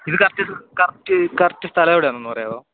ഇത് correct correct correct സ്ഥലം എവിടെയാണെന്നൊന്നു പറയാമോ